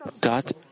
God